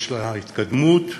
יש לה התקדמות טכנולוגית,